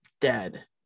dead